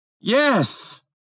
Yes